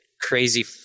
crazy